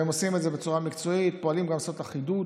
והם עושים את זה בצורה מקצועית ופועלים גם לעשות אחידות.